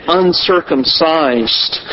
uncircumcised